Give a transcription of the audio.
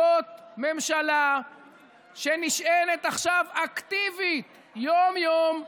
זאת ממשלה שנשענת עכשיו אקטיבית, יום-יום,